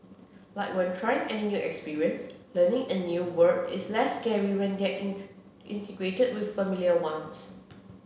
like when trying any new experience learning a new word is less scary when they are integrated with familiar ones